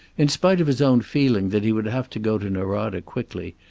in spite of his own feeling that he would have to go to norada quickly,